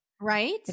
Right